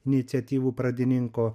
iniciatyvų pradininko